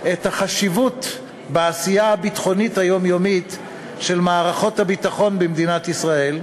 את החשיבות בעשייה הביטחונית היומיומית של מערכות הביטחון במדינת ישראל,